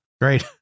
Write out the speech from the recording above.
Great